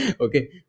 Okay